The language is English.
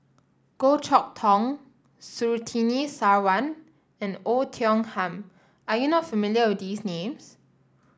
Goh Chok Tong Surtini Sarwan and Oei Tiong Ham are you not familiar with these names